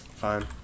Fine